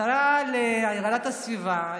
השרה להגנת הסביבה,